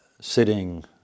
sitting